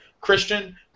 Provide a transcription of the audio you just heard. Christian